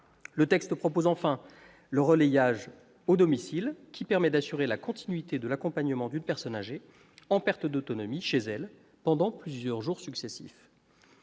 Le texte prévoit enfin le « relayage » au domicile, qui permet d'assurer la continuité de l'accompagnement d'une personne âgée en perte d'autonomie, chez elle, pendant plusieurs jours successifs.